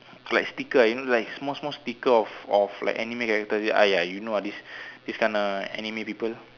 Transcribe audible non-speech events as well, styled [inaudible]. like sticker ah you know like small small sticker of of like anime character !aiya! you know all this [breath] this kind of anime people